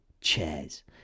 chairs